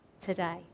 today